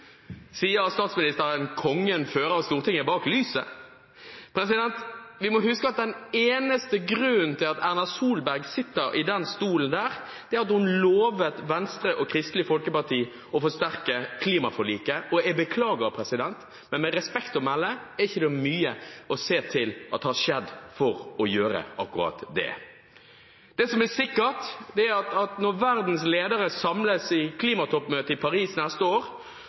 Sier statsministeren at kongen fører Stortinget bak lyset? Vi må huske at den eneste grunnen til at Erna Solberg sitter i den stolen der, er at hun lovet Venstre og Kristelig Folkeparti å forsterke klimaforliket. Jeg beklager, men med respekt å melde er det ikke mye å se til at noe har skjedd for å gjøre akkurat det. Det som er sikkert, er at når verdens ledere samles på klimatoppmøtet i Paris neste år,